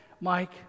Mike